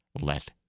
let